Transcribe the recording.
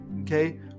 okay